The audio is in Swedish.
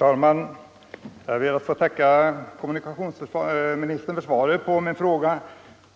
Herr talman! Jag ber att få tacka kommunikationsministern för svaret på min fråga.